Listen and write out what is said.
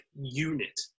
unit